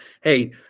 Hey